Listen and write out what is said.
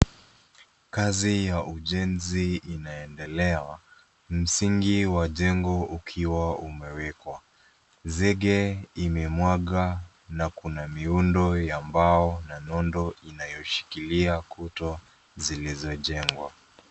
Kazi ya ujenzi inaendelea, msingi wa jengo ukiwa umewekwa. Zege imemwagwa na kuna miundo ya mbao na nondo inayoshikilia kuta zilizojengwa.